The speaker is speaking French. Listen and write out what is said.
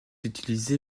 utilisé